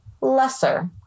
lesser